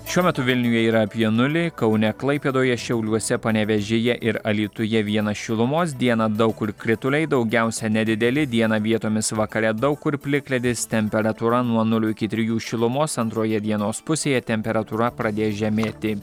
šiuo metu vilniuje yra apie nulį kaune klaipėdoje šiauliuose panevėžyje ir alytuje vienas šilumos dieną daug kur krituliai daugiausia nedideli dieną vietomis vakare daug kur plikledis temperatūra nuo nulio iki trijų šilumos antroje dienos pusėje temperatūra pradės žemėti